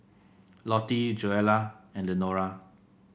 Lottie Joella and Lenora